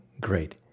great